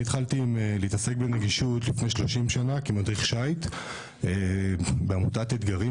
אני התחלתי להתעסק בנגישות לפני 30 שנה כמדריך שיט בעמותת אתגרים,